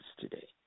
today